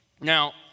Now